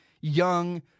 young